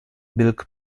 milk